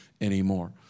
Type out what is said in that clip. anymore